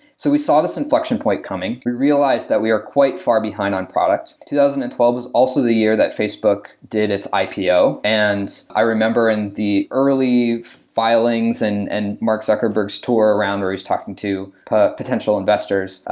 so, we saw this inflection point coming. we realized that we are quite far behind on product. two thousand and twelve was also the year that facebook did its ipo. and i remember in the early filings and and mark zuckerberg's tour around where he's talking to potential investors.